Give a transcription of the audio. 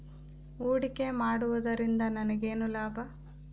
ಹೂಡಿಕೆ ಮಾಡುವುದರಿಂದ ನನಗೇನು ಲಾಭ?